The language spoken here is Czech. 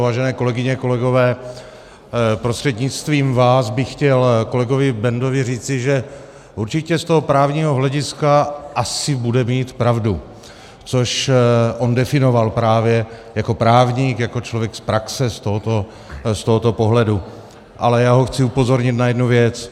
Vážené kolegyně, kolegové, prostřednictvím vás bych chtěl kolegovi Bendovi říci, že určitě z právního hlediska asi bude mít pravdu, což on definoval právě jako právník, jako člověk z praxe z tohoto pohledu, ale já ho chci upozornit na jednu věc.